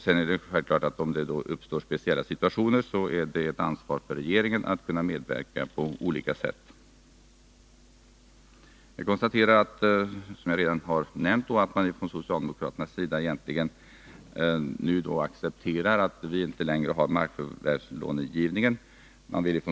Det är självklart att regeringen har ett ansvar för att på olika sätt medverka om det uppstår speciella situationer. Jag konstaterar, som jag redan nämnt, att socialdemokraterna nu accepterar att vi inte längre har någon markförvärvslångivning.